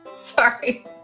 Sorry